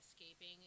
escaping